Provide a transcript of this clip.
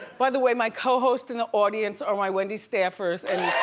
by the way, my co-host and the audience are my wendy staffers, and